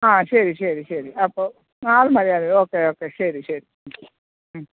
ആ ശരി ശരി ശരി അപ്പോള് ഓക്കെ ഓക്കെ ശരി ശരി